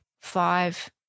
five